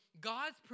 God's